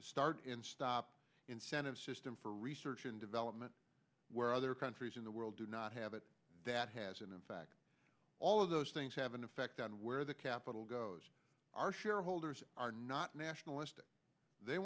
start and stop incentive system for research and development where other countries in the world do not have it that has and in fact all of those things have an effect on where the capital our shareholders are not nationalistic they